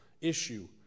issue